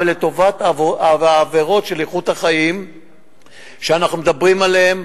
אבל לטובת העבירות של איכות החיים שאנחנו מדברים עליהן.